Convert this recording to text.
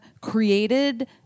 created